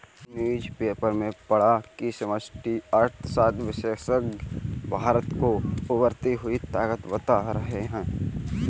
newspaper में पढ़ा की समष्टि अर्थशास्त्र विशेषज्ञ भारत को उभरती हुई ताकत बता रहे हैं